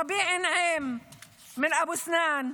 רביע נעים מאבו סנאן,